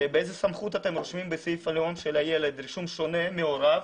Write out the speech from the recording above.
באיזה סמכות אתם רושמים בסעיף הלאום של הילד רישום שונה מהוריו,